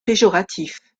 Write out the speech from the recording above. péjoratif